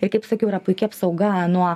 ir kaip sakiau yra puiki apsauga nuo